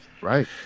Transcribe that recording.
Right